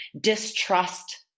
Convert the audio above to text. distrust